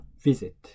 visit